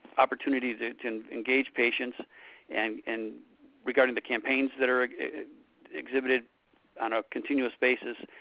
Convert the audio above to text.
opportunity to to engage patients and and regarding the campaigns that are exhibited on a continuous basis,